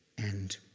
and